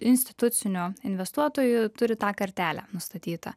institucinių investuotojų turi tą kartelę nustatytą